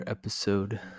episode